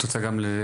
את רוצה להגיד?